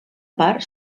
part